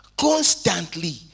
Constantly